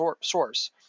source